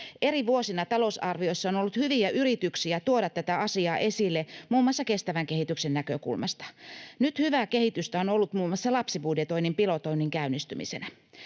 Eri vuosina talousarvioissa on ollut hyviä yrityksiä tuoda tätä asiaa esille muun muassa kestävän kehityksen näkökulmasta. Nyt hyvää kehitystä on ollut muun muassa lapsibudjetoinnin pilotoinnin käynnistyminen.